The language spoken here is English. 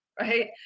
right